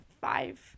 five